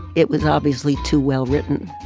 it was obviously too well-written.